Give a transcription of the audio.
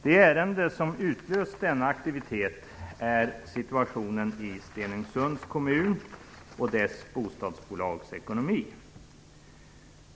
Det ärende som utlöst denna aktivitet är situationen i Stenungsunds kommun och dess bostadsbolags ekonomi.